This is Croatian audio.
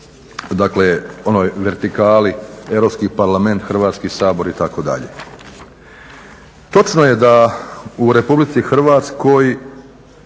dakle onoj vertikali Europski parlament, Hrvatski sabor itd.. Točno je da u Republici Hrvatskoj